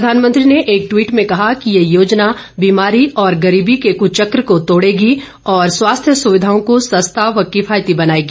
प्रधानमंत्री ने एक ट्वीट में कहा कि ये योजना बीमारी और गरीबी के कुचक को ं तोड़ेगी और स्वास्थ्य सुविधाओं को सस्ता व किफायती बनाएगी